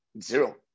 zero